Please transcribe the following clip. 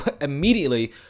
immediately